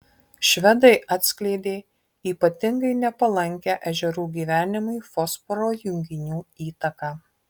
švedai atskleidė ypatingai nepalankią ežerų gyvenimui fosforo junginių įtaką